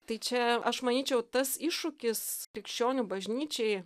tai čia aš manyčiau tas iššūkis krikščionių bažnyčiai